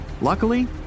Luckily